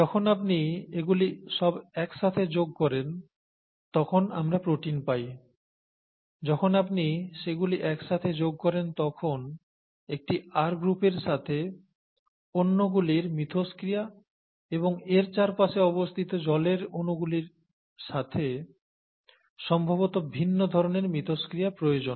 যখন আপনি এগুলি সব একসাথে যোগ করেন তখন আমরা প্রোটিন পাই যখন আপনি সেগুলি একসাথে যোগ করেন তখন একটি R গ্রুপের সাথে অন্যগুলির মিথস্ক্রিয়া এবং এর চারপাশে অবস্থিত জলের অনুগুলির সাথে সম্ভবত ভিন্ন ধরনের মিথস্ক্রিয়া প্রয়োজন